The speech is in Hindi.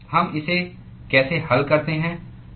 हम इसे कैसे हल करते हैं